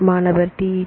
மாணவர்TT TT